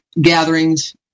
gatherings